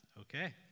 okay